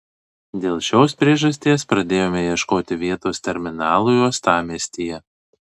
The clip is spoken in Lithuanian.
dėl šios priežasties pradėjome ieškoti vietos terminalui uostamiestyje